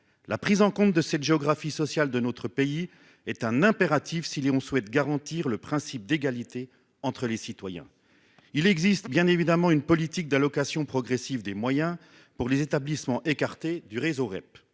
La prise en compte de cette géographie sociale de notre pays est un impératif si l'on souhaite garantir le principe d'égalité entre les citoyens. Certes, il existe une politique d'allocation progressive des moyens pour les établissements écartés du réseau REP.